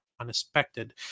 unexpected